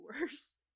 worse